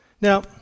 Now